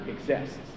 exists